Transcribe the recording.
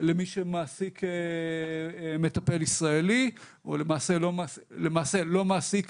למי שמעסיק מטפל ישראלי, למעשה לא מעסיק